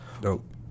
Dope